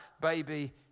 baby